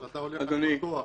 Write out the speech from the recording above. אתה הולך על בטוח.